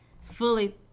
fully